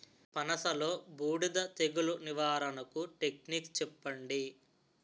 పనస లో బూడిద తెగులు నివారణకు టెక్నిక్స్ చెప్పండి?